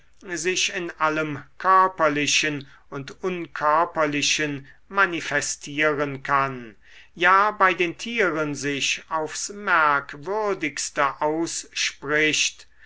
sich in allem körperlichen und unkörperlichen manifestieren kann ja bei den tieren sich aufs merkwürdigste ausspricht